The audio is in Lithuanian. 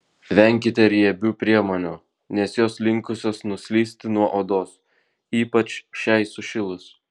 venkite riebių priemonių nes jos linkusios nuslysti nuo odos ypač šiai sušilus